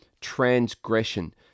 transgression